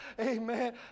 Amen